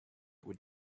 would